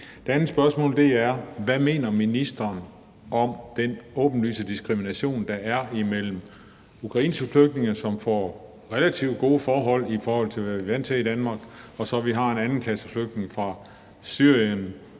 Det andet spørgsmål er: Hvad mener ministeren om den åbenlyse diskrimination, der er imellem ukrainske flygtninge, som får relativt gode forhold, i forhold til hvad vi er vant til i Danmark, og at vi så har en anden klasse flygtninge fra Syrien,